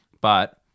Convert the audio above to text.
But-